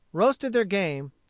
roasted their game,